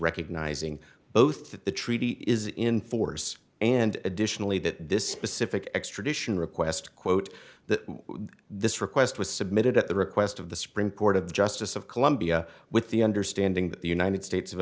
recognizing both that the treaty is in force and additionally that this specific extradition request quote that this request was submitted at the request of the supreme court of justice of colombia with the understanding that the united states of